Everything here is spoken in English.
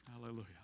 Hallelujah